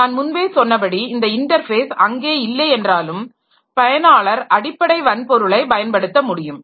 நான் முன்பே சொன்னபடி இந்த இன்டர்ஃபேஸ் அங்கே இல்லை என்றாலும் பயனாளர் அடிப்படை வன்பொருளை பயன்படுத்த முடியும்